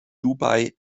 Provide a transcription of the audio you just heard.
dubai